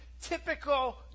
Typical